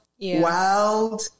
wild